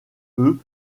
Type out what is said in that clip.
eux